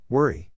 Worry